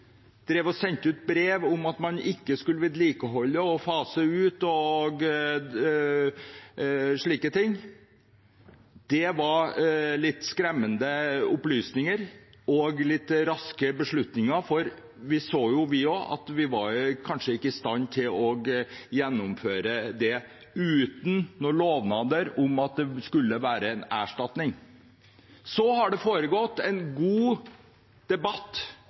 drev og sendte ut brev om at man ikke skulle vedlikeholde, men fase ut osv. Det var litt skremmende opplysninger og litt raske beslutninger, for vi så jo at vi kanskje ikke var i stand til å gjennomføre det uten noen lovnader om at det skulle være en erstatning. Så har det foregått en god debatt,